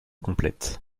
complète